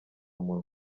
munwa